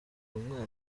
umwana